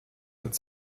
hat